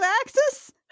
axis